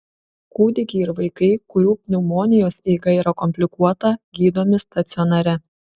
kūdikiai ir vaikai kurių pneumonijos eiga yra komplikuota gydomi stacionare